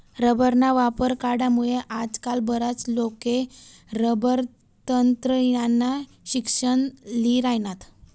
रबरना वापर वाढामुये आजकाल बराच लोके रबर तंत्रज्ञाननं शिक्सन ल्ही राहिनात